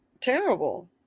terrible